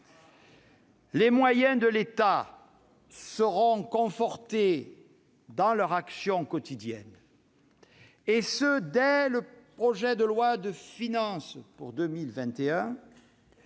Les moyens de l'État seront confortés pour l'action quotidienne, dès le projet de loi de finances pour 2021.